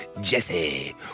Jesse